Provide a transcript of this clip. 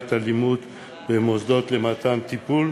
למניעת אלימות במוסדות למתן טיפול